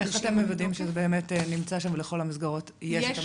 איך אתם מוודאים שזה נמצא שם ולכל המסגרות יש את המזרק?